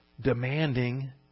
demanding